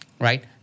right